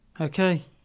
Okay